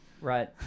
right